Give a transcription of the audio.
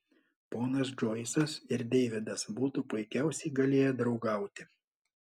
ponas džoisas ir deividas būtų puikiausiai galėję draugauti